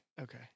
Okay